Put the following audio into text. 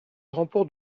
remporte